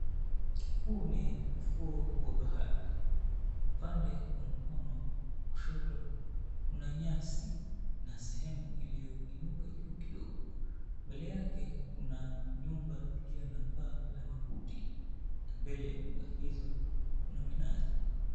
Huu ni ufuo wa bahari upande wa mkono wa kushoto kuna na sehemu iliyo inuka juu kidogo mbele yake kuna nyumba iliyo na paa la makuti na mbele ya nyumba hizo kuna minazi.